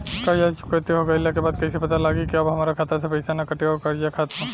कर्जा चुकौती हो गइला के बाद कइसे पता लागी की अब हमरा खाता से पईसा ना कटी और कर्जा खत्म?